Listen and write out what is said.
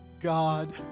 God